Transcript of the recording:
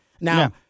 now